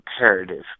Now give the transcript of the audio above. imperative